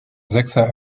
sechser